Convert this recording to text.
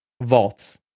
vaults